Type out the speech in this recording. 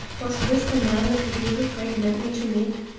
was this the man mr. gilverthwaite meant me to meet?